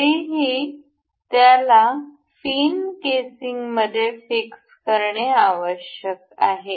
तरीही याला फिन केसिंगमध्ये फिक्स करणे आवश्यक आहे